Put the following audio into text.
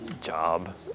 job